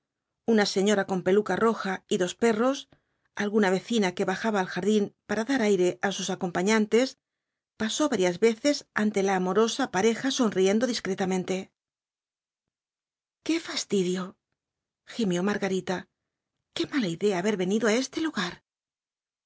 una señora con peluca roja y dos perros alguna vecina que bajaba al jardín para dar aire á sus acompañantes pasó varias veces ante la amorosa pareja sonriendo discretamente qué fastidio gimió margarita qué mala idea haber venido á este lugar